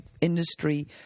industry